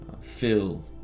fill